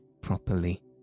properly